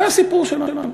זה הסיפור שלנו.